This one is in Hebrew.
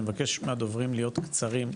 אני מבקש מהדוברים להיות קצרים.